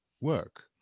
work